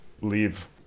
leave